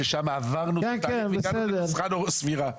שם הגענו לנוסחה סבירה.